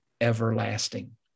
everlasting